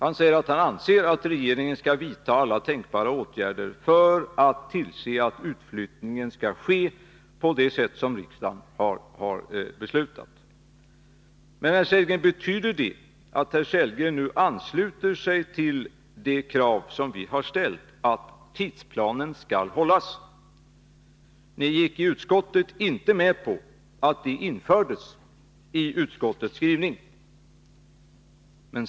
Han säger att han anser att regeringen skall vidta alla tänkbara åtgärder för att tillse att utflyttningen sker på det sätt som riksdagen har beslutat. Betyder det att herr Sellgren nu ansluter sig till det krav som vi har ställt, nämligen att tidsplanen skall hållas? I utskottet gick ni inte med på att detta infördes i utskottets skrivning.